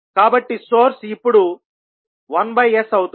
కాబట్టి సోర్స్ ఇప్పుడు 1s అవుతుంది